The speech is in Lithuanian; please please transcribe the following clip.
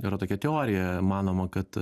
yra tokia teorija manoma kad